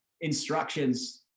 instructions